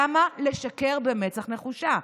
למה לשקר במצח נחושה?